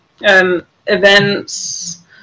events